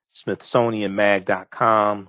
smithsonianmag.com